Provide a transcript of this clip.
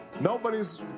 nobody's